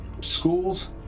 schools